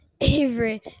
Avery